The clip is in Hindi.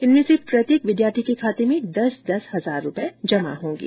इनमें से प्रत्येक विद्यार्थी के खाते में दस दस हजार रूपए जमा होंगे